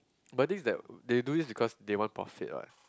but the thing is that they do this because they want profit what